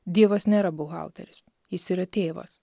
dievas nėra buhalteris jis yra tėvas